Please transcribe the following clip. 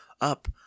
Up